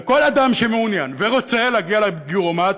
וכל אדם שמעוניין ורוצה להגיע לגיורומט,